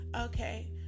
okay